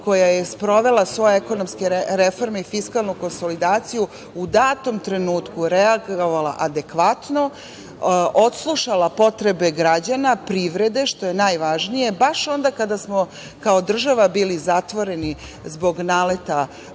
koja je sprovela svoje ekonomske reforme i fiskalnu konsolidaciju, u datom trenutku reagovala adekvatno, odslušala potrebe građana, privrede, što je najvažnije, baš onda kada smo kao država bili zatvoreni zbog naleta